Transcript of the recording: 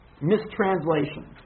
mistranslation